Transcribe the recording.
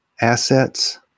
assets